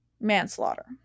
manslaughter